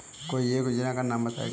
कोई एक योजना का नाम बताएँ?